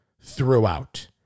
throughout